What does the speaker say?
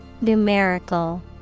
Numerical